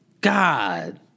God